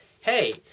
hey